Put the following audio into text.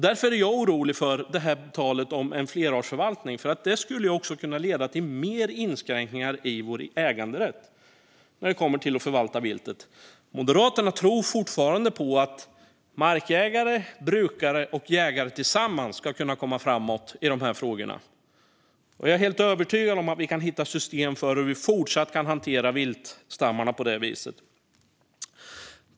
Därför är jag orolig över talet om en flerartsförvaltning. Det skulle också kunna leda till mer inskränkningar i vår äganderätt när det kommer till att förvalta viltet. Moderaterna tror fortfarande på att markägare, brukare och jägare tillsammans ska kunna komma framåt i dessa frågor. Jag är helt övertygad om att vi kan hitta system för hur vi fortsatt kan hantera viltstammarna på det viset.